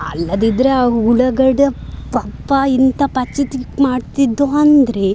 ಅಲ್ಲದಿದ್ದರೆ ಆ ಹುಳಗಳು ಪಪ್ಪಾ ಇಂಥಾ ಪಚೀತಿ ಮಾಡ್ತಿದ್ದೋ ಅಂದರೆ